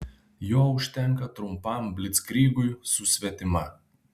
jo užtenka trumpam blickrygui su svetima